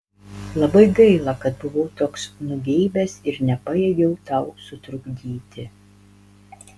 labai gaila kad buvau toks nugeibęs ir nepajėgiau tau sutrukdyti